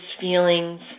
feelings